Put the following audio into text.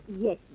Yes